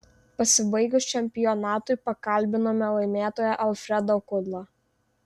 pasibaigus čempionatui pakalbinome laimėtoją alfredą kudlą